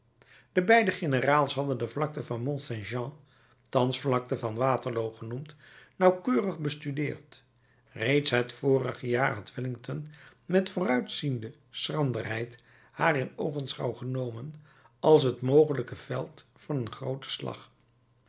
de beide generaals hadden de vlakte van mont saint jean thans vlakte van waterloo genoemd nauwkeurig bestudeerd reeds het vorige jaar had wellington met vooruitziende schranderheid haar in oogenschouw genomen als het mogelijke veld van een grooten slag